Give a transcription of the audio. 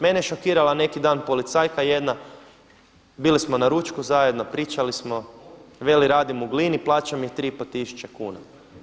Mene je šokirala neki dan policajaka jedna bili smo na ručku zajedno, pričali smo, veli radim u Glini, plaća mi je 3,5 tisuće kuna.